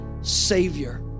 savior